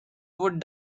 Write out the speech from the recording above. would